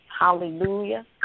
Hallelujah